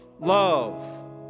Love